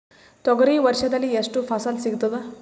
ತೊಗರಿ ವರ್ಷದಲ್ಲಿ ಎಷ್ಟು ಫಸಲ ಸಿಗತದ?